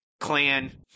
clan